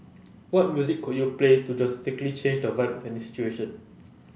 what music could you play to just quickly change the vibe of any situation